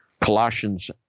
Colossians